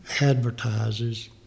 advertises